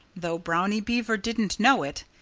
though brownie beaver didn't know it,